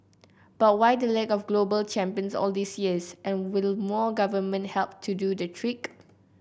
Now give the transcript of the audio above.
but why the lack of global champions all these years and will more government help do the trick